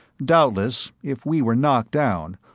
doubtless, if we were knocked down,